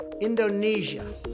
Indonesia